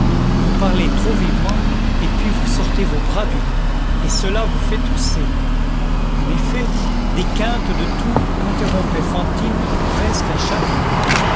vous parlez trop vivement et puis vous sortez vos bras du lit et cela vous fait tousser en effet des quintes de toux interrompaient fantine presque à chaque mot